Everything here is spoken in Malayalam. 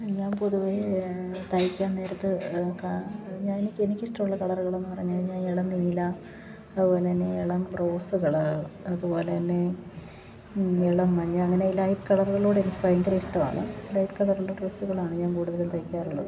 ഞാൻ പൊതുവേ തയ്ക്കാൻ നേരത്ത് ഞാൻ എനിക്ക് എനിക്കിഷ്ടമുള്ള കളറുകളെന്ന് പറഞ്ഞുകഴിഞ്ഞാൽ ഇളം നീല അതുപോലെത്തന്നെ ഇളം റോസ് കളറ് അതുപോലെത്തന്നെ ഇളം മഞ്ഞ അങ്ങനെ ലൈറ്റ് കളറുകളോട് എനിക്ക് ഭയങ്കര ഇഷ്ടമാണ് ലൈറ്റ് കളറുള്ള ഡ്രസ്സുകളാണ് ഞാൻ കൂടുതലും തയ്ക്കാറുള്ളത്